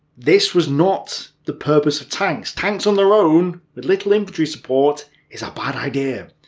this was not the purpose of tanks. tanks on their own, with little infantry support, is a bad idea.